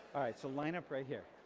so line up right here.